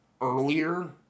earlier